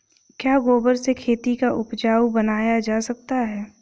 क्या गोबर से खेती को उपजाउ बनाया जा सकता है?